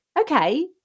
Okay